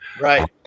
Right